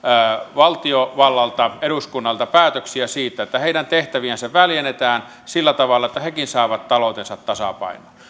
valtiovallalta eduskunnalta päätöksiä siitä että heidän tehtäviänsä väljennetään sillä tavalla että hekin saavat taloutensa tasapainoon